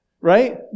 right